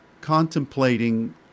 contemplating